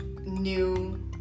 new